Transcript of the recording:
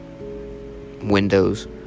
Windows